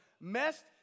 Messed